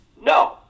No